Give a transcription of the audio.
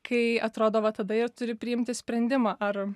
kai atrodo va tada ir turi priimti sprendimą ar